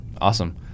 Awesome